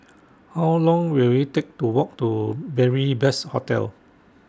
How Long Will IT Take to Walk to Beary Best Hostel